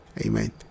Amen